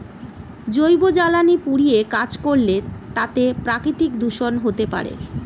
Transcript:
জৈব জ্বালানি পুড়িয়ে কাজ করলে তাতে প্রাকৃতিক দূষন হতে পারে